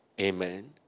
Amen